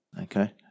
Okay